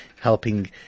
helping